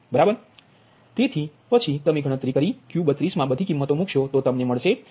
તેથી પછી તમે ગણતરી કરી Q32મા બધી કિમ્મતો મૂક્શો તો તમને મળશે 48